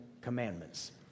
Commandments